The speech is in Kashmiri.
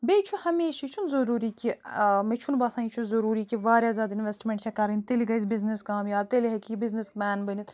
بیٚیہِ چھُ ہمشیہِ یہِ چھُنہٕ ضُروری کہِ مےٚ چھُنہٕ بَسان یہِ چھُ ضُروری کہِ وارِیاہ زیادٕ اِنویٚسٹمیٚنٹ چھِ کَرٕنۍ تیٚلہِ گَژھِ بزنٮ۪س کامیاب تیٚلہِ ہیٚکہِ یہِ بزنٮ۪س مین بٔنِتھ